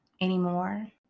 anymore